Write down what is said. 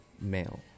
male